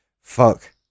fuck